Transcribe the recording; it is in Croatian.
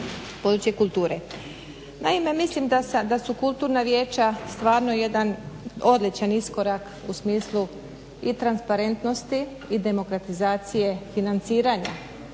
Naime mislim da su kulturna vijeća stvarno jedan odličan iskorak u smislu i transparentnosti i demokratizacije financiranja